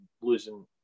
losing